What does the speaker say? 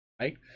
right